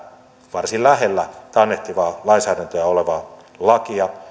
varsin lähellä taannehtivaa lainsäädäntöä olevaa lakia